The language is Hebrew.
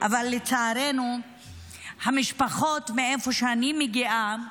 אבל לצערנו המשפחות, מאיפה שאני מגיעה,